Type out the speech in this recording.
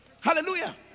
hallelujah